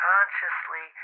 Consciously